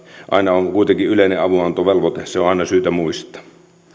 aina on kuitenkin yleinen avunantovelvoite se on aina syytä muistaa